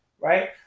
right